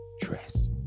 dress